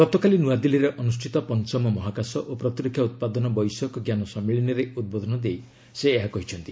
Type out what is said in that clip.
ଗତକାଲି ନୂଆଦିଲ୍ଲୀରେ ଅନୁଷ୍ଠିତ ପଞ୍ଚମ ମହାକାଶ ଓ ପ୍ରତିରକ୍ଷା ଉତ୍ପାଦନ ବୈଷୟିକ ଜ୍ଞାନ ସମ୍ମିଳନୀରେ ଉଦ୍ବୋଧନ ଦେଇ ସେ ଏହା କହିଛନ୍ତି